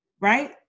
Right